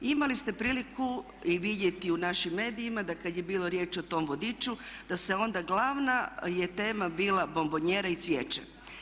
Imali ste priliku vidjeti u našim medijima da kad je bilo riječ o tom vodiču da je onda glavna tema bila bombonijera i cvijeće.